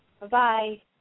Bye-bye